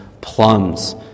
plums